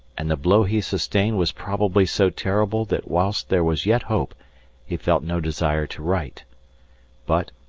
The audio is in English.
and the blow he sustained was probably so terrible that whilst there was yet hope he felt no desire to write but,